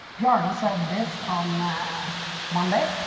bjarne ah said this on monday.